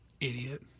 Idiot